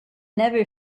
never